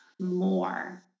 more